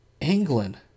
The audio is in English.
England